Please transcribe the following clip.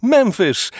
Memphis